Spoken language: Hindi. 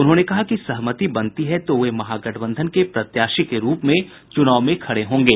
उन्होंने कहा कि सहमति बनती है तो वे महागठबंधन के प्रत्याशी के रूप में चुनाव में खड़े होंगे